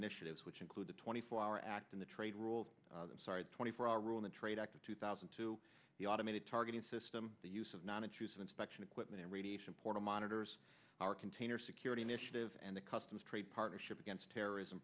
initiatives which include the twenty four hour act in the trade rule twenty four hour rule in the trade act of two thousand to the automated targeting system the use of nonintrusive inspection equipment and radiation portal monitors are container security initiative and the customs trade partnership against terrorism